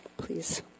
Please